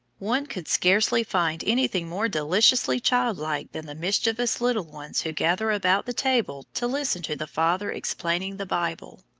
one could scarcely find anything more deliciously childlike than the mischievous little ones who gather about the table to listen to the father explaining the bible,